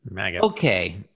okay